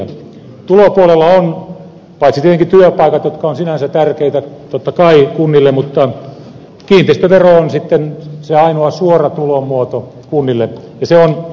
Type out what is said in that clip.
tulopuolella ovat tietenkin työpaikat jotka ovat sinänsä tärkeitä totta kai kunnille mutta kiinteistövero on sitten se ainoa suora tulonmuoto kunnille ja se on kovasti pieni